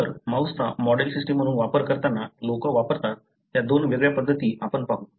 तर model system mouse वापरताना लोक वापरतात त्या दोन वेगळ्या पद्धती आपण पाहू